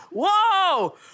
Whoa